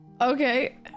Okay